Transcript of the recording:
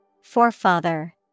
Forefather